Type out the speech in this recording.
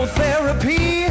therapy